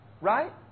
right